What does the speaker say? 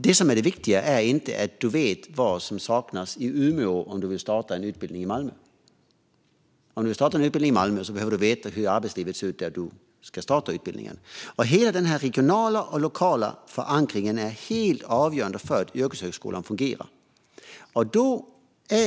Det viktiga är inte att du vet vad som saknas i Umeå om du vill starta en utbildning i Malmö. Om du vill starta en utbildning i Malmö behöver du veta hur arbetslivet ser ut där den ska startas. Hela denna regionala och lokala förankring är helt avgörande för att yrkeshögskolan fungerar.